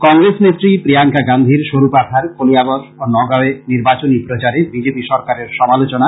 কংগ্রেস নেত্রী প্রিয়ংষ্কা গান্ধীর সরুপাথর কলিয়াবর ও নগাঁও এ নির্বাচনী প্রচারে বিজেপি সরকারের সমালোচনা